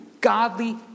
Godly